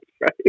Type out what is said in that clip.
right